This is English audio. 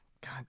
God